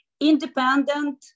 independent